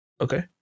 Okay